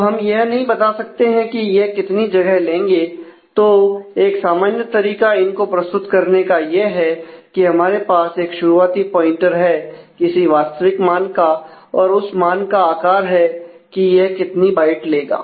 तो हम यह नहीं बता सकते हैं कि यह कितनी जगह लेंगे तो एक सामान्य तरीका इन को प्रस्तुत करने का यह है कि हमारे पास एक शुरुआती प्वाइंटर है किसी वास्तविक मान का और उस मान का आकार है कि वह कितनी बाइट लेगा